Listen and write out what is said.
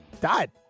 died